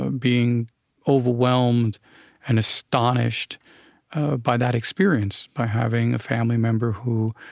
ah being overwhelmed and astonished ah by that experience, by having a family member who,